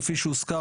כפי שהוזכר,